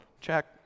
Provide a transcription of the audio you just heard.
Check